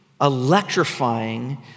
electrifying